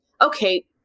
okay